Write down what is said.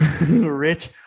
rich